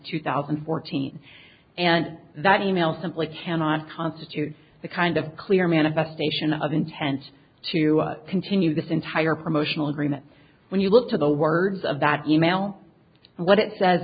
two thousand and fourteen and that e mail simply cannot constitute the kind of clear manifestation of intent to continue this entire promotional agreement when you look to the words of that e mail and what it says